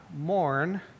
mourn